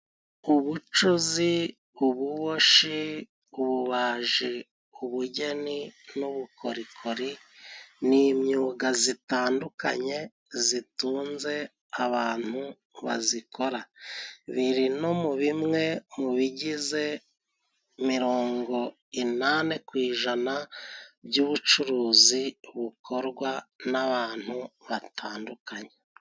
Ubucuzi, ububoshi, ububaji, ubugeni n'ubukorikori ni imyuga zitandukanye zitunze abantu bazikora. Biri no mu bimwe mu bigize mirongo inani ku ijana by'ubucuruzi bukorwa n'abantu batandukanye.